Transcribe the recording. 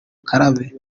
ukarabe